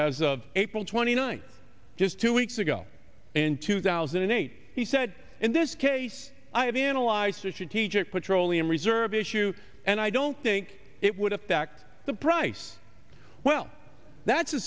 as of april twenty ninth just two weeks ago in two thousand and eight he said in this case i have analyzed the teacher petroleum reserve issue and i don't think it would affect the price well that's a